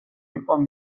იყო